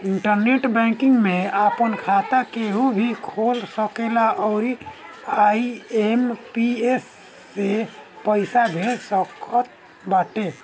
internet banking में आपन खाता केहू भी खोल सकेला अउरी आई.एम.पी.एस से पईसा भेज सकत बाटे